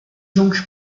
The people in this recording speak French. donc